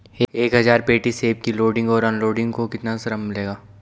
एक हज़ार पेटी सेब की लोडिंग और अनलोडिंग का कितना श्रम मिलेगा?